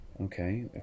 okay